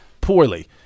poorly